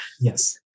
Yes